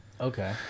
Okay